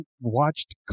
watched